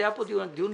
היה פה דיון מקצועי.